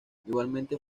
igualmente